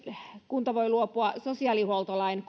kunta voi myös luopua sosiaalihuoltolain